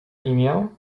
imię